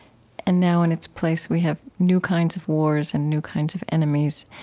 and now, in its place, we have new kinds of wars and new kinds of enemies.